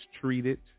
treated